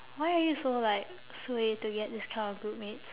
why are you so like suay to get this kind of groupmates